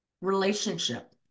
relationship